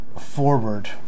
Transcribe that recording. forward